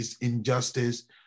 injustice